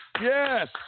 Yes